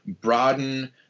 broaden